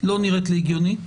לא נראית לי הגיונית,